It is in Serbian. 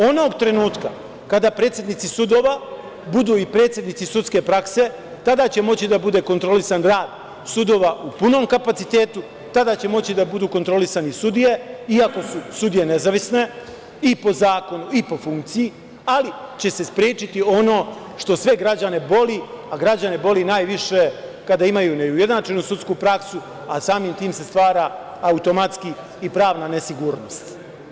Onog trenutka kada predsednici sudova budu i predsednici sudske prakse tada će moći da bude kontrolisan rad sudova u punom kapacitetu, tada će moći da budu kontrolisane i sudije, iako sudije nezavisne, i po zakonu i po funkciji, ali će se sprečiti ono što sve građane boli, a građane boli najviše kada imaju neujednačenu sudsku prasku, a samim tim se stvara automatski i pravna nesigurnost.